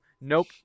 nope